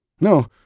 No